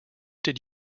did